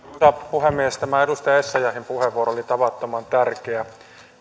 puhemies tämä edustaja essayahin puheenvuoro oli tavattoman tärkeä